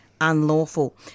unlawful